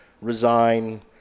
resign